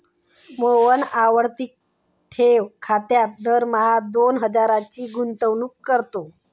मोहन आवर्ती ठेव खात्यात दरमहा दोन हजारांची गुंतवणूक करतो